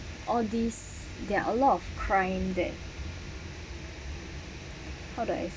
all this there are a lot of crime that how do I say